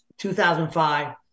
2005